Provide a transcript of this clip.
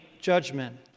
judgment